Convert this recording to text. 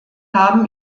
haben